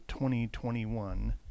2021